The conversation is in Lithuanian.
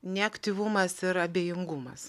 neaktyvumas ir abejingumas